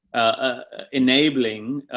ah, enabling,